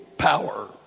power